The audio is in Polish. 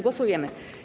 Głosujemy.